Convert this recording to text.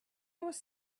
was